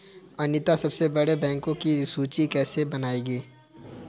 अनीता सबसे बड़े बैंकों की सूची कैसे बनायेगी?